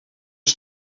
een